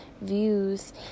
views